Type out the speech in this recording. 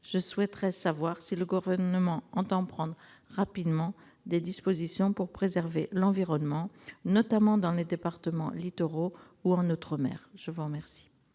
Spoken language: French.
Je souhaiterais savoir si le Gouvernement entend prendre rapidement des dispositions pour préserver l'environnement, notamment dans les départements littoraux ou dans les outre-mer.